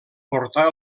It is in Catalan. portar